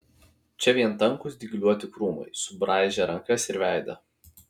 čia vien tankūs dygliuoti krūmai subraižę rankas ir veidą